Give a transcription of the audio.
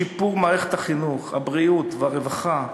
שיפור מערכת החינוך, הבריאות והרווחה,